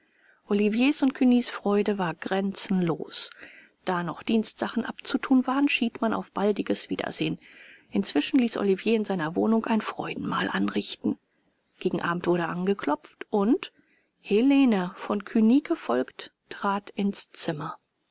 oliviers und cugnys freude war grenzenlos da noch dienstsachen abzuthun waren schied man auf baldiges wiedersehen inzwischen ließ olivier in seiner wohnung ein freudenmahl anrichten gegen abend wurde angeklopft und helene von cugny gefolgt trat ins zimmer